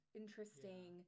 interesting